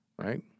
Right